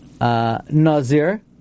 Nazir